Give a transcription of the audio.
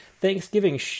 Thanksgiving